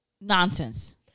nonsense